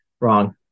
Wrong